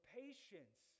patience